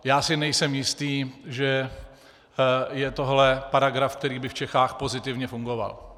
Já si nejsem jistý, že je tohle paragraf, který by v Čechách pozitivně fungoval.